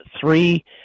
three